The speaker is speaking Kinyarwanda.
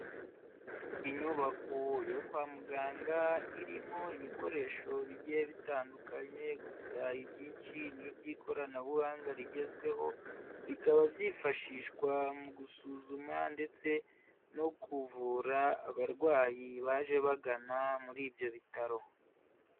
Inyubako yo kwa muganga irimo ibikoresho bigiye bitandukanye, gusa ibyinshi ni iby'ikoranabuhanga rigezweho, bikaba byifashishwa mu gusuzuma ndetse no kuvura abarwayi baje bagana muri ibyo bitaro.